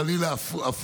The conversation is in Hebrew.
חלילה.